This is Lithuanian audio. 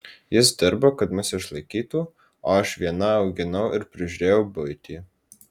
jis dirbo kad mus išlaikytų o aš viena auginau ir prižiūrėjau buitį